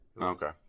Okay